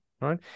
Right